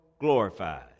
glorified